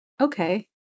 okay